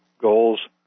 goals